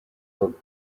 pogba